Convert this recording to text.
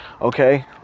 okay